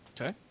Okay